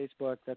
Facebook